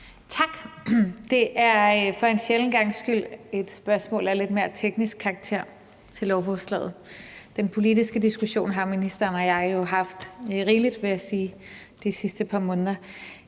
Tak. Det er for en sjælden gangs skyld et spørgsmål af lidt mere teknisk karakter til lovforslaget. Den politiske diskussion har ministeren og jeg jo haft rigeligt, vil jeg sige, de sidste par måneder.